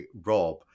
rob